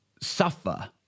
suffer